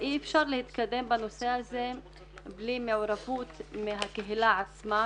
אי אפשר להתקדם בנושא הזה בלי מעורבות מהקהילה עצמה.